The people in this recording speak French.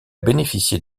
bénéficié